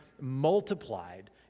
multiplied